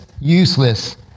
useless